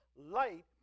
light